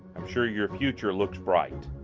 i'm sure your future looks bright